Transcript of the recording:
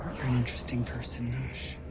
you're an interesting person, nosh.